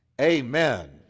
Amen